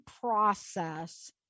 process